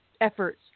efforts